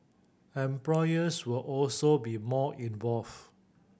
employers will also be more involved